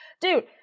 Dude